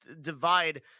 divide